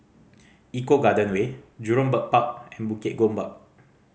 Eco Garden Way Jurong Bird Park and Bukit Gombak